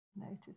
Notice